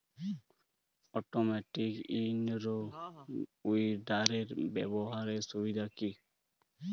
Automatic in row উইডারের ব্যবহারের সুবিধা কি?